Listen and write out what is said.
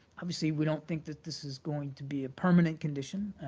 obviously, we don't think that this is going to be a permanent condition,